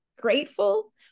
grateful